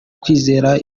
kwizera